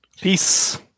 peace